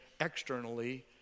externally